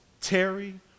Terry